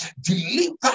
Deliver